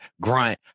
grunt